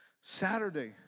Saturday